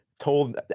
told